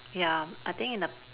ya I think in the